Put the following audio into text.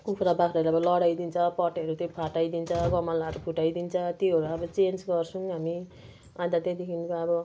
कुखुरा बाख्राले अब लडाइदिन्छ पटहरू त्यो फटाइदिन्छ गमलाहरू फुटाइदिन्छ त्योहरू अब चेन्ज गर्छौँ हामी अनि त त्यहाँदेखिनको अब